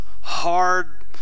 hard